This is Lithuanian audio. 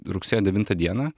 rugsėjo devintą dieną